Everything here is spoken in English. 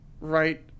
Right